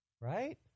right